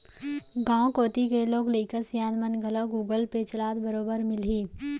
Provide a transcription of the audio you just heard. गॉंव कोती के लोग लइका सियान मन घलौ गुगल पे चलात बरोबर मिलहीं